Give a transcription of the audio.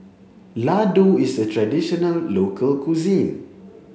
Ladoo is a traditional local cuisine